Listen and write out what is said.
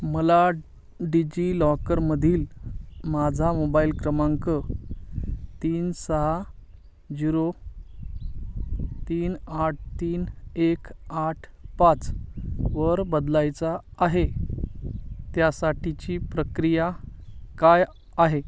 मला डिजिलॉकरमधील माझा मोबाईल क्रमांक तीन सहा झिरो तीन आठ तीन एक आठ पाचवर बदलायचा आहे त्यासाठीची प्रक्रिया काय आहे